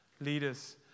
leaders